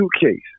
suitcase